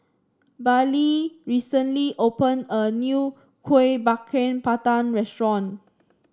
Baylee recently opened a new Kuih Bakar Pandan restaurant